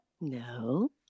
no